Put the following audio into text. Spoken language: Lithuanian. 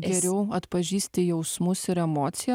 geriau atpažįsti jausmus ir emocija